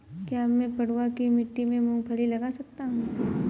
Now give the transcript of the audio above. क्या मैं पडुआ की मिट्टी में मूँगफली लगा सकता हूँ?